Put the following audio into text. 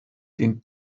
den